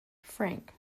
frank